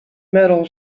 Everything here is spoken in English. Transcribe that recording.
metal